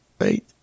right